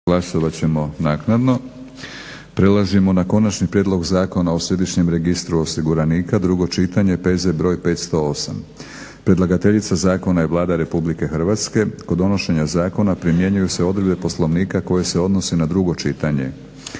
Milorad (HNS)** Prelazimo na 6. Konačni prijedlog zakona o Središnjem registru osiguranika, drugo čitanje, P.Z. br.508; Predlagateljica zakona je Vlada RH. Kod donošenja zakona primjenjuju se odredbe Poslovnika koje se odnose na drugo čitanje.